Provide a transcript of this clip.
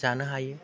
जानो हायो